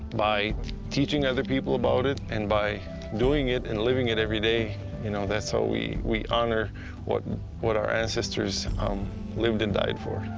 by teaching other people about it and by doing it and living it every day you know, that's how we we honor what what our ancestors lived and died for.